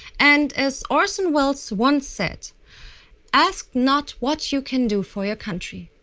and as orson wells once said ask not what you can do for your country.